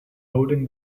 holding